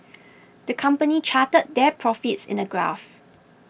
the company charted their profits in a graph